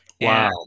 wow